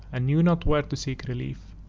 and knew not where to seek relief